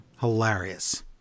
Hilarious